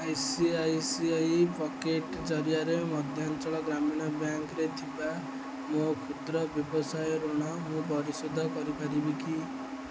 I C I C I pocket ଜରିଆରେ ମଧ୍ୟାଞ୍ଚଳ ଗ୍ରାମୀଣ ବ୍ୟାଙ୍କରେ ଥିବା ମୋ କ୍ଷୁଦ୍ର ବ୍ୟବସାୟ ଋଣ ମୁଁ ପରିଶୋଧ କରିପାରିବି କି